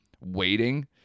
waiting